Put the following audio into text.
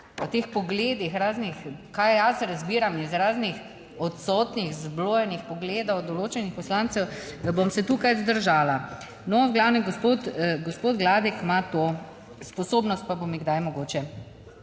O teh pogledih raznih, kaj jaz razbiram iz raznih odsotnih, zblojenih pogledov določenih poslancev, da bom se tukaj vzdržala. No v glavnem, gospod Gladek ima to sposobnost, pa bo kdaj mogoče